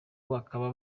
bakaba